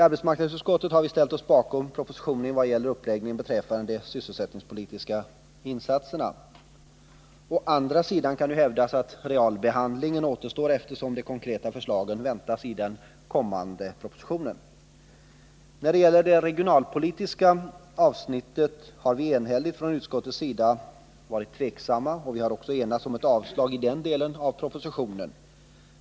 Utskottsmajoriteten ställer sig bakom propositionen i vad gäller uppläggningen av de sysselsättningspolitiska insatserna. Å andra sidan kan hävdas att realbehandlingen återstår, eftersom de konkreta förslagen väntas föreligga i den kommande propositionen. Beträffande det regionalpolitiska avsnittet har ett enhälligt utskott efter tvekan enats om att avstyrka den delen av propositionen.